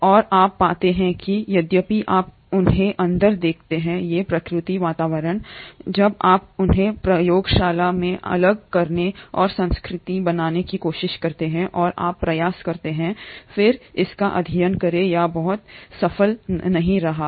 और आप पाते हैं कि यद्यपि आप उन्हें अंदर देखते हैं ये प्राकृतिक वातावरण जब आप उन्हें प्रयोगशाला में अलग करने और संस्कृति बनाने की कोशिश करते हैं और आप प्रयास करते हैं फिर इसका अध्ययन करें यह बहुत सफल नहीं रहा है